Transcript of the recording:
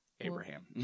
Abraham